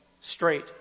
straight